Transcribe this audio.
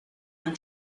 and